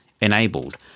enabled